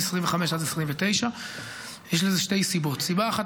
מ-2025 עד 2029. יש לזה שתי סיבות: סיבה אחת